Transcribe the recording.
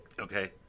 Okay